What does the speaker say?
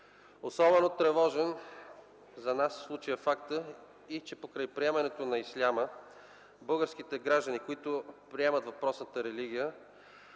Особено тревожен за нас е фактът, че покрай приемането на исляма, българските граждани, които приемат въпросната религия,